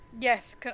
Yes